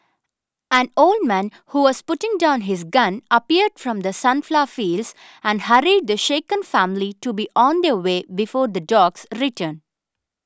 an old man who was putting down his gun appeared from the sunflower fields and hurried the shaken family to be on their way before the dogs return